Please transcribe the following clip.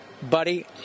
Buddy